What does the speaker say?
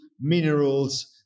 minerals